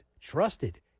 trusted